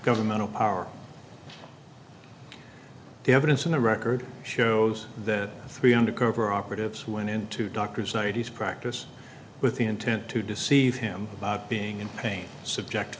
governmental power the evidence in the record shows that three undercover operatives went into doctor's eighty's practice with the intent to deceive him about being in pain subject